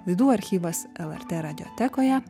laidų archyvas lrt radiotekoje